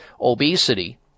obesity